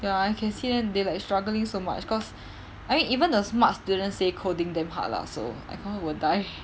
ya I can see them they like struggling so much cause I mean even the smart students say coding damn hard lah so I confirm will die